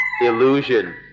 illusion